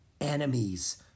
Enemies